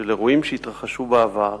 של אירועים שהתרחשו בעבר